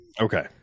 Okay